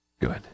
good